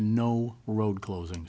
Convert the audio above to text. no road closing